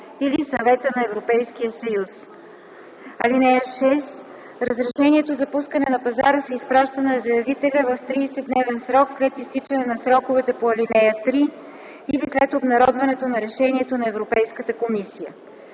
или Съвета на Европейския съюз. (6) Разрешението за пускане на пазара се изпраща на заявителя в 30-дневен срок след изтичането на сроковете по ал. 3 или след обнародването на решението на Европейската комисия.